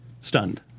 stunned